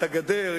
הגדר.